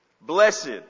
blessed